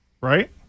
Right